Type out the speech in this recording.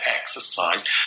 exercise